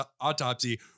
autopsy